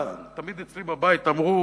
אצלי בבית תמיד אמרו